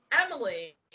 Emily